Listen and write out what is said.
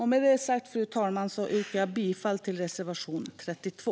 Med det sagt, fru talman, yrkar jag bifall till reservation 32.